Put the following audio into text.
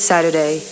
Saturday